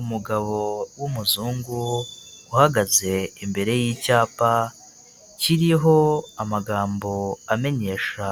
Umugabo w'umuzungu uhagaze imbere y'icyapa kiriho amagambo amenyesha